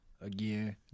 again